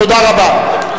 תודה רבה.